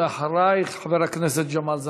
ואחרייך חבר הכנסת ג'מאל זחאלקה.